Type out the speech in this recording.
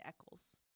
Eccles